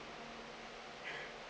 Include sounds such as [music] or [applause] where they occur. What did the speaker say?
[laughs]